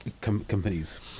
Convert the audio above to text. companies